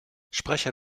sprecher